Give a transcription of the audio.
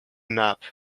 nap